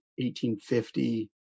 1850